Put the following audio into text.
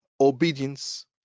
obedience